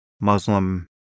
Muslim